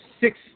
six